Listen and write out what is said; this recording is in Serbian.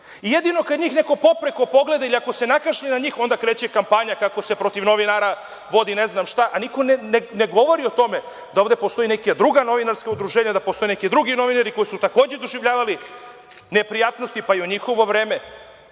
jedino kad njih neko popreko pogleda ili ako se nakašlje na njih, onda kreće kampanja kako se protiv novinara vodi ne znam šta, a niko ne govori o tome da ovde postoje neka druga novinarska udruženja, da postoje neki drugi novinari koji su takođe doživljavali neprijatnosti, pa i u njihovo vreme,